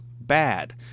bad